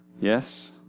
yes